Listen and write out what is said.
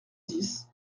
dix